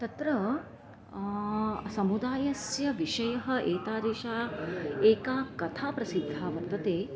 तत्र समुदायस्य विषयः एतादृशा एका कथा प्रसिद्धा वर्तते